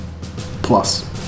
Plus